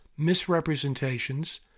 misrepresentations